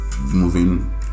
moving